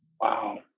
Wow